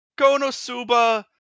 Konosuba